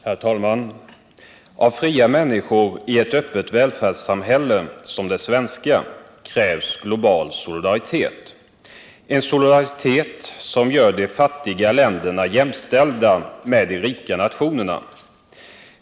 Herr talman! Av fria människor i ett öppet välfärdssamhälle som det svenska krävs global solidaritet, en solidaritet som gör de fattiga länderna jämställda med de rika nationerna.